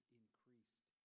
increased